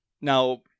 Now